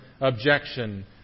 objection